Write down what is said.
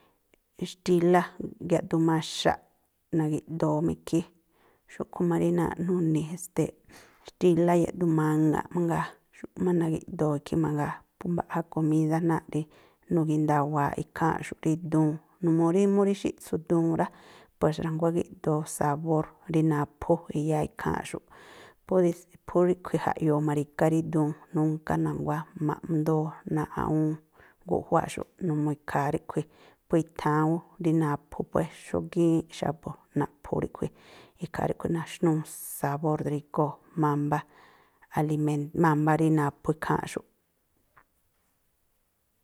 Xtílá yaꞌduun maxaꞌ, nagi̱ꞌdoo má ikhí. Xúꞌkhui̱ má rí náa̱ꞌ nu̱ni̱ e̱ste̱, xtílá yaꞌduun maŋa̱ꞌ mangaa, xúꞌkhui̱ má nagi̱ꞌdoo ikhí mangaa. Phú mbaꞌja komídá náa̱ꞌ rí nu̱gínda̱wa̱aꞌ ikháa̱nꞌxu̱ꞌ rí duun, numuu rí mú rí xíꞌtsu duun, puex na̱nguá gíꞌdoo sabór rí naphú i̱ya̱a ikháa̱nꞌxu̱ꞌ. Phú phú ríꞌkhui̱ jaꞌyoo ma̱ri̱gá rí duun. Núnká na̱nguá ma̱ꞌndóó náa̱ꞌ awúún guꞌjuáꞌxu̱ꞌ, numuu ikhaa ríꞌkhui̱ phú i̱tháán ú rí naphú. Pue xógíínꞌ xa̱bu̱ naꞌphu̱ ríꞌkhui̱, ikhaa ríꞌkhui̱ naxnúú sabór drígóo̱ mámbá alimén mámbá rí naphú ikháa̱nꞌxu̱ꞌ.